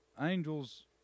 angels